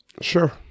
Sure